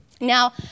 Now